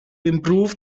improve